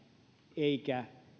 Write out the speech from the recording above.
eikä